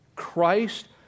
christ